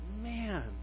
man